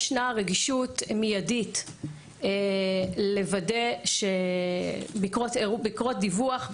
ישנה רגישות מיידית לוודא שבקרות דיווח,